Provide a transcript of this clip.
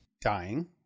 dying